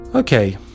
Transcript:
Okay